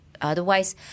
Otherwise